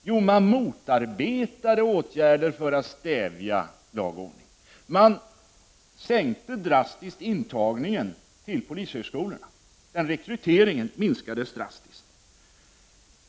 Jo, man motarbetade åtgärderna för lag och ordning. Man reducerade drastiskt intagningen till polishögskolorna. Rekryteringen minskade alltså.